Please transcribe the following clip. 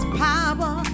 power